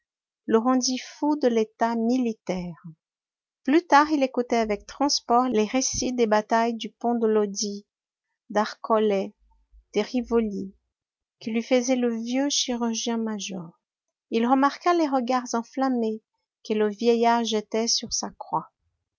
le rendit fou de l'état militaire plus tard il écoutait avec transport les récits des batailles du pont de lodi d'arcole de rivoli que lui faisait le vieux chirurgien-major il remarqua les regards enflammés que le vieillard jetait sur sa croix